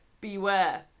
beware